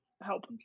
Help